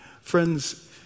Friends